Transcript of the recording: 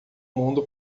mundo